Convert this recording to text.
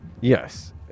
Yes